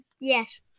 yes